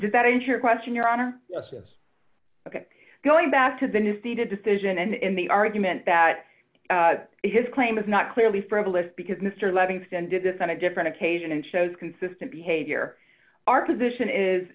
does that enter question your honor yes yes ok going back to the new seated decision and the argument that his claim is not clearly frivolous because mr leving extended this on a different occasion and shows consistent behavior our position is